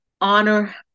honor